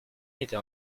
était